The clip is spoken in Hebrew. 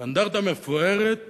ואנדרטה מפוארת